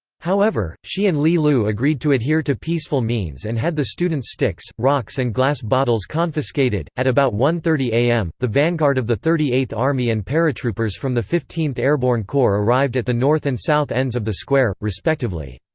however, she and li lu agreed to adhere to peaceful means and had the students' sticks, rocks and glass bottles confiscated at about one thirty am, the vanguard of the thirty eighth army and paratroopers from the fifteenth airborne corps arrived at the north and south ends of the square, respectively.